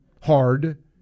hard